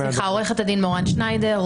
אני עורכת הדין מורן שניידר,